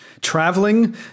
traveling